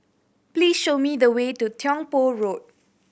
please show me the way to Tiong Poh Road